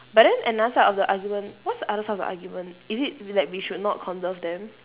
but then another side of the argument what's the other side of the argument is it like we should not conserve them